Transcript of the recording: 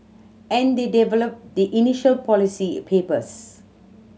and they develop the initial policy papers